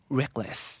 reckless